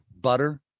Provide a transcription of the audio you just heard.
butter